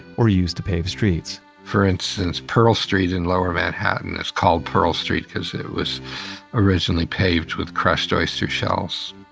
or used to pave streets for instance, pearl street in lower manhattan is called pearl street cause it was originally paved with crushed oyster shells